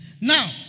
Now